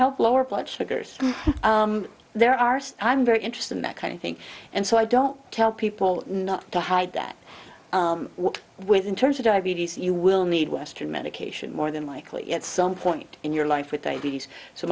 help lower blood sugars there are so i'm very interested in that kind of thing and so i don't tell people not to hide that what with in terms of diabetes you will need western medication more than likely at some point in your life with i b s so